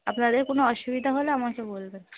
আপনাদের কোনো অসুবিধা হলে আমাকে বলবেন